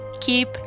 keep